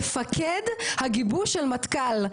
מפקד הגיבוש של מטכ"ל,